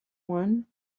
one